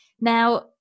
Now